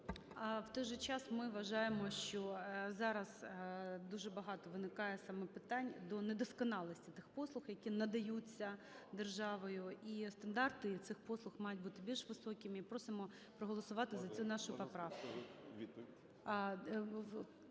В той же час ми вважаємо, що зараз дуже багато виникає саме питань до недосконалості тих послуг, які надаються державою, і стандарти цих послуг мають бути більш високими. І просимо проголосувати за цю нашу поправку.